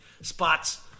spots